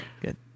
Good